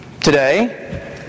today